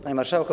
Panie Marszałku!